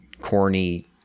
corny